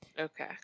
Okay